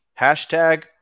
hashtag